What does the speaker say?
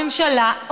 הממשלה,